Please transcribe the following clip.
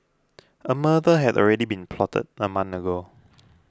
a murder had already been plotted a month ago